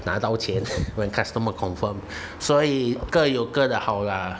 拿到钱 when customer confirm 所以各有各的好啦